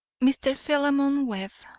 mr. philemon webb.